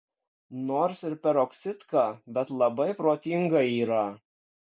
nors ir peroksidka bet labai protinga yra